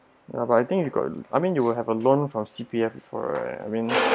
ya but I think you got I mean you will have a loan from C_P_F before right I mean